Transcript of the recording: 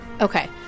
Okay